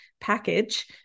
package